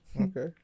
Okay